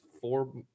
four